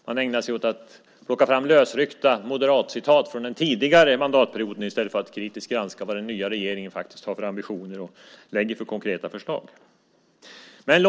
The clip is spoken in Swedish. Man har ägnat sig åt att plocka fram lösryckta moderatuttalanden från den tidigare mandatperioden i stället för att kritiskt granska vad den nya regeringen har för ambitioner och vilka konkreta förslag den lägger fram.